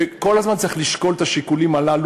וכל הזמן צריך לשקול את השיקולים הללו,